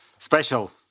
Special